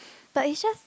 but it's just